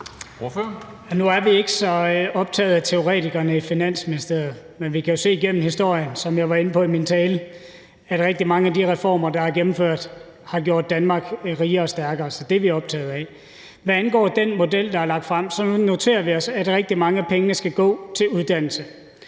Nu er vi ikke så optaget af teoretikerne i Finansministeriet. Men vi kan jo se igennem historien, som jeg var inde på i min tale, at rigtig mange af de reformer, der er gennemført, har gjort Danmark rigere og stærkere. Så det er vi optaget af. Hvad angår den model, der er lagt frem, noterer vi os, at rigtig mange af pengene skal gå til uddannelse.